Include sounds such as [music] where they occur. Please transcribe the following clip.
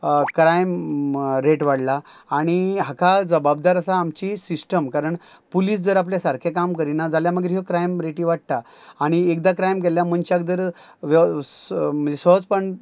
crime rate वाडला आणी हाका जबाबदार आसा आमची सिस्टम कारण पुलीस जर आपलें सारकें काम करिना जाल्या मागीर ह्यो क्रायम रेटी वाडटा आनी एकदां क्रायम केल्ल्या मनशाक धर [unintelligible] म्हणजे सहजपण